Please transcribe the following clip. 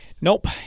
Nope